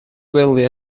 gwely